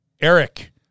Eric